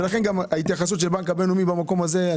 לכן גם ההתייחסות של הבינלאומי במקום הזה,